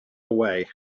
away